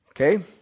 okay